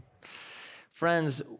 Friends